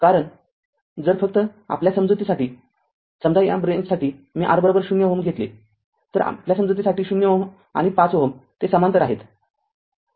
कारण जर r फक्त आपल्या समजुतीसाठी समजा मी या ब्रॅंचसाठी R०Ω घेतले तरआपल्या समजुतीसाठी ० Ω आणि ५ Ω ते समांतर आहेत